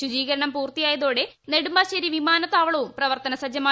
ശുചീകരണം പൂർത്തിയായതോടെ നെടുമ്പാശ്ശേരി വിമാനത്താവളവും പ്രവർത്തന സജ്ജമായി